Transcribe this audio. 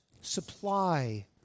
supply